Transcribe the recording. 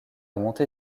montée